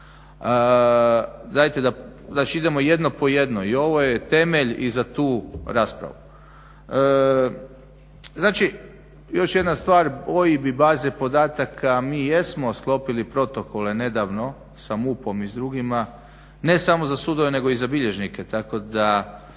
znači idemo jedno po jedno i ovo je temelj i za tu raspravu. Znači, još jedna stvar OIB i baze podataka mi jesmo sklopili protokole nedavno sa MUP-om i drugima ne samo za sudove nego i za bilježnike